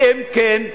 ואם כן,